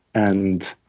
and